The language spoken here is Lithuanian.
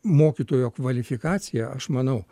mokytojo kvalifikacija aš manau